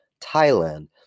Thailand